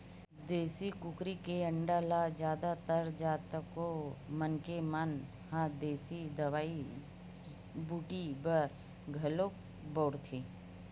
देसी कुकरी के अंडा ल जादा तर कतको मनखे मन ह देसी दवई बूटी बर घलोक बउरथे